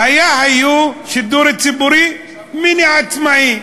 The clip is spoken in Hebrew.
היה היה שידור ציבורי מיני-עצמאי.